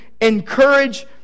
encourage